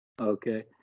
okay